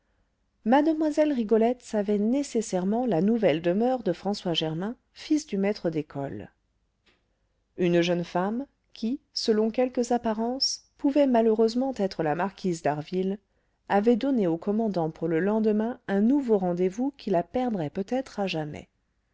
mlle rigolette savait nécessairement la nouvelle demeure de françois germain fils du maître d'école une jeune femme qui selon quelques apparences pouvait malheureusement être la marquise d'harville avait donné au commandant pour le lendemain un nouveau rendez-vous qui la perdrait peut-être à jamais